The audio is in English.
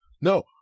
No